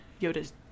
Yoda's